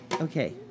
Okay